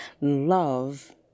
love